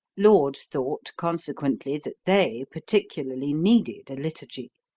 laud thought, consequently, that they, particularly, needed a liturgy.